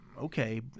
Okay